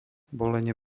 bolenie